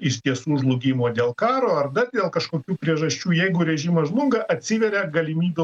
iš tiesų žlugimo dėl karo ar dar dėl kažkokių priežasčių jeigu režimas žlunga atsiveria galimybių